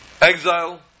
exile